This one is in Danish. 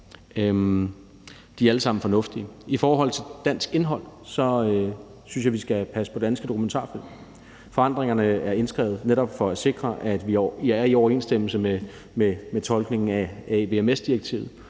De er alle sammen fornuftige. I forhold til dansk indhold synes jeg vi skal passe på danske dokumentarfilm. Forandringerne er indskrevet netop for sikre, at vi er i overensstemmelse med tolkningen af AVMS-direktivet,